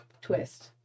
twist